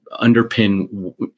underpin